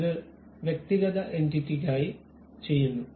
ഇത് വ്യക്തിഗത എന്റിറ്റിക്കായി ചെയ്യുന്നു